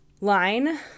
line